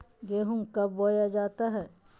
गेंहू कब बोया जाता हैं?